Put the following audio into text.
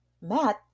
Matt